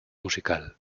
musical